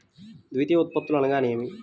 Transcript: ద్వితీయ ఉత్పత్తులు అనగా నేమి?